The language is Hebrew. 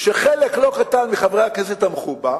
שחלק לא קטן מחברי הכנסת תמכו בה.